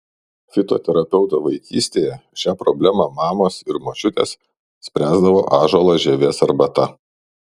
fitoterapeuto vaikystėje šią problemą mamos ir močiutės spręsdavo ąžuolo žievės arbata